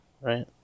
right